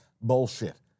bullshit